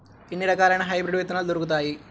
ఎన్ని రకాలయిన హైబ్రిడ్ విత్తనాలు దొరుకుతాయి?